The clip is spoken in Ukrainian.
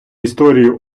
історію